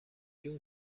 جون